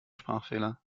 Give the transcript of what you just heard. sprachfehler